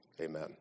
Amen